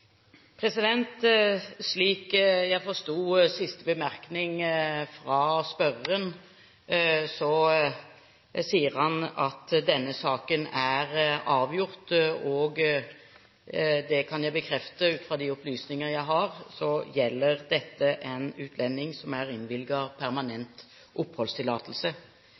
Slik jeg forsto siste bemerkning fra spørreren, sier han at denne saken er avgjort. Det kan jeg bekrefte. Ut fra de opplysninger jeg har, gjelder dette en utlending som er innvilget permanent oppholdstillatelse.